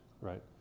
Right